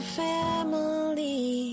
family